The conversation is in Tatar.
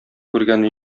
күргәне